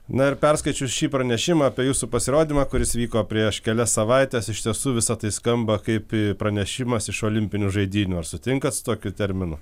na ir perskaičius šį pranešimą apie jūsų pasirodymą kuris įvyko prieš kelias savaites iš tiesų visa tai skamba kaip pranešimas iš olimpinių žaidynių ar sutinkat su tokiu terminu